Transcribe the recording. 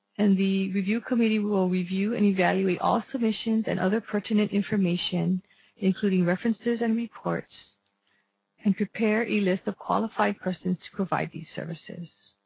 and the review committee will review and evaluate all submissions and other pertinent information including references and reports and prepare a list of qualified persons to provide these services.